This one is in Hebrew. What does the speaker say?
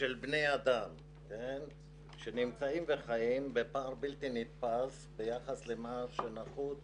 של בני אדם שנמצאים וחיים בפער בלתי נתפס ביחס למה שנחוץ